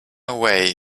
away